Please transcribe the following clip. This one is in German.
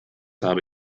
habe